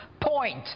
point